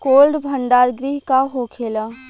Cold भण्डार गृह का होखेला?